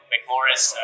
McMorris